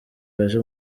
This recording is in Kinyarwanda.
yaje